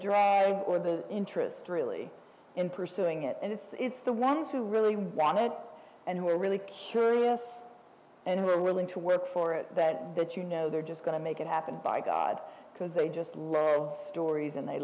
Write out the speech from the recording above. draft or the interest really in pursuing it and it's the ones who really won it and who are really curious and are willing to work for it that that you know they're just going to make it happen by god because they just love stories and they